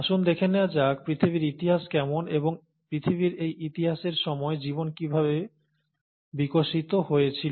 আসুন দেখে নেওয়া যাক পৃথিবীর ইতিহাস কেমন এবং পৃথিবীর এই ইতিহাসের সময় জীবন কিভাবে বিকাশিত হয়েছিল